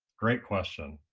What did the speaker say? great question.